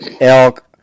elk